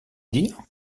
dire